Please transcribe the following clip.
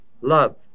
Love